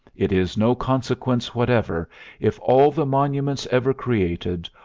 it is no consequence whatever if all the monuments ever created,